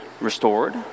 restored